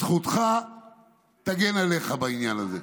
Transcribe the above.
זכותך תגן עליך בעניין הזה.